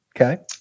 okay